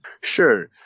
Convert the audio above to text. Sure